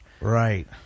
Right